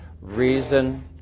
reason